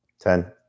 Ten